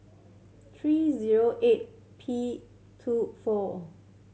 three zero eight P two four